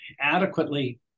adequately